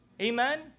amen